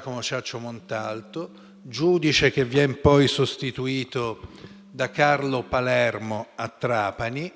Giacomo Ciaccio Montalto, che viene poi sostituito da Carlo Palermo a Trapani.